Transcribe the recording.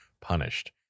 punished